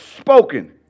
spoken